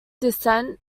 descent